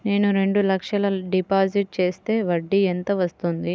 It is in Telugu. నేను రెండు లక్షల డిపాజిట్ చేస్తే వడ్డీ ఎంత వస్తుంది?